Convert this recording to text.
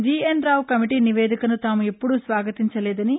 GN Rao committee నివేదికను తాము ఎప్పుడూ స్వాగతించలేదని